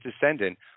descendant